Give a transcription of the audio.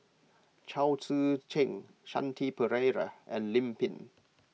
Chao Tzee Cheng Shanti Pereira and Lim Pin